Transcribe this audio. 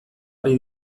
ari